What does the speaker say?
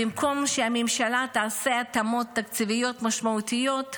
במקום שהממשלה תעשה התאמות תקציביות משמעותיות,